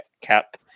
cap